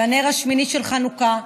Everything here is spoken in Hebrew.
בנר השמיני של חנוכה,